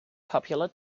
popular